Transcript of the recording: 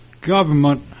government